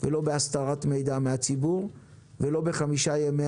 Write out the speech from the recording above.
לא בהסתרת מידע מן הציבור ולא בחמישה ימי